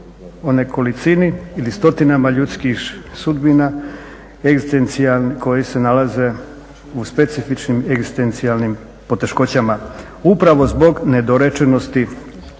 nekolicini ili stotinama ljudskih sudbina egzistencijalni koji se nalaze u specifičnim egzistencijalnim poteškoćama, upravo zbog nedorečenosti